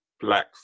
black